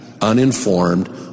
uninformed